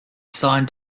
sign